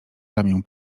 ramię